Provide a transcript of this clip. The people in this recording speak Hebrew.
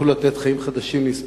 ויכלו לתת חיים חדשים לכמה חולים.